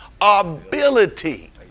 ability